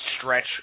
stretch